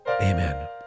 amen